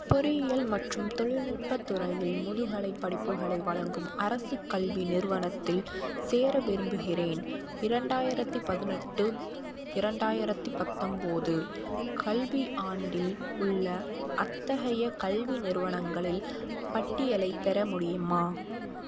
பொறியியல் மற்றும் தொழில்நுட்பத் துறையில் முதுகலைப் படிப்புகளை வழங்கும் அரசுக் கல்வி நிறுவனத்தில் சேர விரும்புகிறேன் இரண்டாயிரத்தி பதினெட்டு இரண்டாயிரத்தி பத்தொம்போது கல்வியாண்டில் உள்ள அத்தகைய கல்வி நிறுவனங்களில் பட்டியலைப் பெற முடியுமா